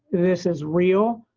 this is real.